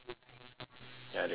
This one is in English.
ya they got food lah